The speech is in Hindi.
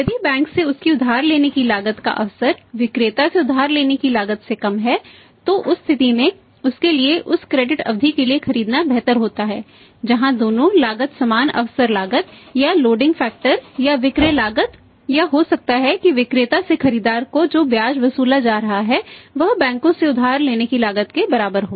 यदि बैंक से उसकी उधार लेने की लागत का अवसर विक्रेता से उधार लेने की लागत से कम है तो उस स्थिति में उसके लिए उस क्रेडिट या विक्रय लागत या हो सकता है कि विक्रेता से खरीदार को जो ब्याज वसूला जा रहा है वह बैंकों से उधार लेने की लागत के बराबर हो